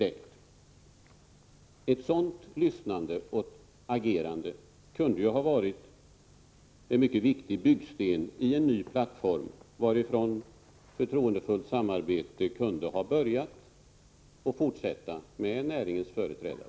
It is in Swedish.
Ett sådant lyssnande och agerande kunde ha varit en mycket viktig byggsten i en ny plattform, varifrån ett förtroendefullt samarbete med näringens företrädare kunde ha börjat för att sedan fortsätta.